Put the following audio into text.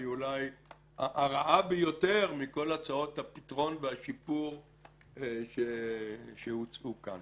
היא אולי הרעה ביותר מכל הצעות הפתרון והשיפור שהוצעו כאן.